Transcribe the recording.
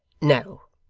no.